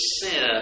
sin